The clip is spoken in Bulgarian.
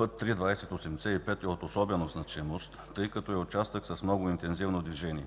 ІІІ – 2085 е от особена значимост, тъй като е участък с много интензивно движение.